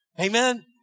Amen